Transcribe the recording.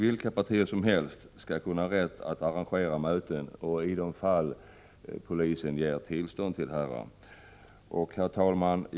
Vilka partier som helst skall ha rätt att arrangera möten i de fall då polisen ger tillstånd härtill. Herr talman!